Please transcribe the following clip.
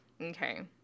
okay